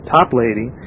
Toplady